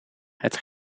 het